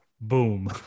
boom